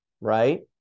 right